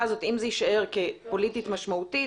הזאת אם זה יישאר כפוליטית משמעותית,